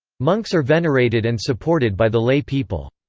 monks are venerated and supported by the lay people.